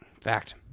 Fact